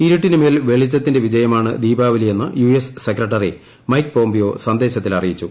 ഇരുട്ടിനു മേൽ വെളിച്ചത്തിന്റെ വിജയമാണ് ദീപാവലിയെന്ന് U S secretary Mike Pompeo സന്ദേശത്തിൽ അറിയിച്ചു